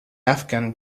afghan